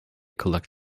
collect